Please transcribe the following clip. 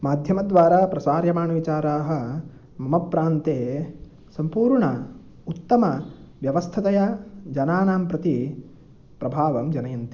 माध्यमद्वारा प्रसार्यमाणविचाराः मम प्रान्ते सम्पूर्ण उत्तम व्यवस्थतया जनानां प्रति प्रभावं जनयन्ति